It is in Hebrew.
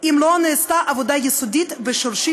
אין סיבה בעולם